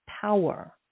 power